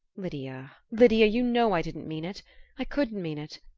lydia lydia you know i didn't mean it i couldn't mean it!